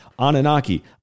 Anunnaki